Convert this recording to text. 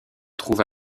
trouve